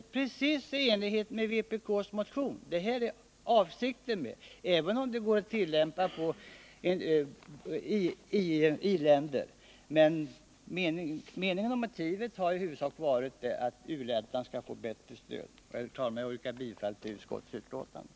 Det fungerar alltså precis i enlighet med vad som föreslagits i vpk:s motion. Även om systemet också går att tillämpa i i-länder har meningen och motivet i huvudsak varit att u-länderna skall få ett bättre stöd. Herr talman! Jag yrkar bifall till utskottets hemställan i betänkandet.